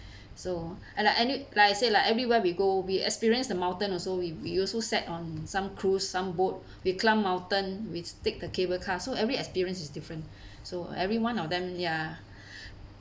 so and like and it like I say like everywhere we go we experienced the mountain also we we also set on some cruise some boat we climb mountain we've take the cable car so every experience is different so every one of them ya